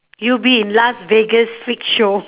you'll be in las vegas freak show